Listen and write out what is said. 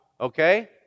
Okay